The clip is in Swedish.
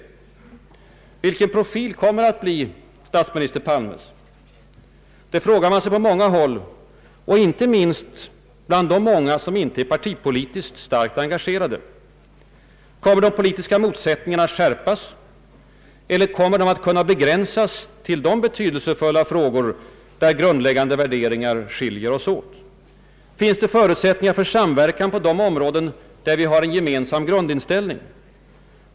Vilken profil kommer att bli statsminister Palmes? Det frågar man sig på många håll, inte minst bland de många som inte är partipolitiskt starkt engagerade. Kommer de politiska motsättningarna att skärpas eller kommer de att kunna begränsas till de betydelsefulla frågor där grundläggande värderingar skiljer oss åt? Finns det förutsättningar för samverkan på de områden där vi har en gemensam grundinställning?